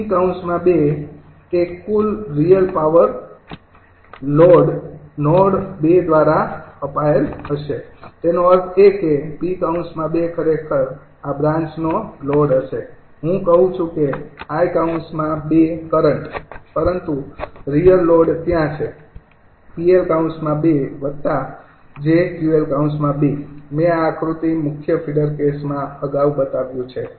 𝑃 ૨ એ કુલ real power load node 2 દ્વારા અપાયેલ હશે તેનો અર્થ એ કે ૨ ખરેખર આ બ્રાન્ચનો લોડ હશે અહી હું કહું છું ૨ કરંટ પરંતુ રિયલ લોડ ત્યાં છે 𝑃૨𝑗𝑄𝐿૨ મેં આ આકૃતિ મુખ્ય ફીડર કેસમાં અગાઉ બતાવ્યું છે